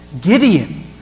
Gideon